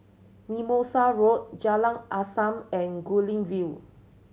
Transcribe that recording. Mimosa Road Jalan Azam and Guilin View